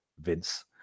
vince